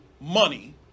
money